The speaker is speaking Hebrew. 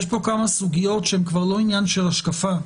יש פה כמה סוגיות שהן כבר לא עניין של השקפה,